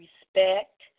respect